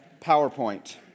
PowerPoint